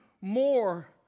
more